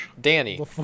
Danny